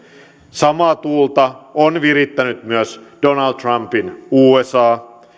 samaa tuulta on virittänyt myös donald trumpin usa